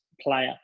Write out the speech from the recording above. player